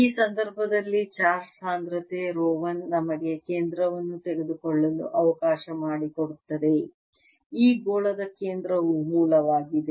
ಈ ಸಂದರ್ಭದಲ್ಲಿ ಚಾರ್ಜ್ ಸಾಂದ್ರತೆ ರೋ 1 ನಮಗೆ ಕೇಂದ್ರವನ್ನು ತೆಗೆದುಕೊಳ್ಳಲು ಅವಕಾಶ ಮಾಡಿಕೊಡುತ್ತದೆ ಈ ಗೋಳದ ಕೇಂದ್ರವು ಮೂಲವಾಗಿದೆ